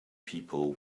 people